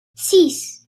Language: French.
six